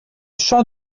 champs